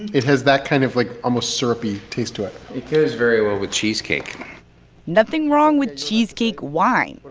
it has that kind of, like, almost syrupy taste to it it goes very well with cheesecake nothing wrong with cheesecake wine.